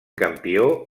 campió